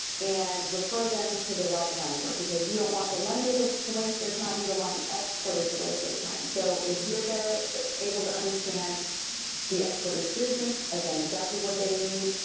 and refer them to the right lender, because you don't want the lender to waste their time, you don't want the exporter to waste their time. so if you're better able to understand the exporter's business, again, exactly what they need,